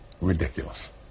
Ridiculous